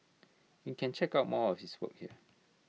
you can check out more of his work here